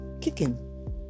kicking